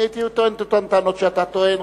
אני הייתי טוען אותן טענות שאתה טוען.